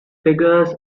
figures